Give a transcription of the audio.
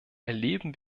erleben